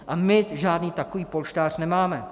A my žádný takový polštář nemáme.